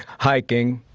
hiking,